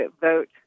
vote